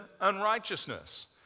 unrighteousness